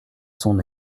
son